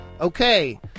okay